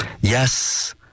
yes